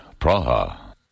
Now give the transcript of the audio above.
Praha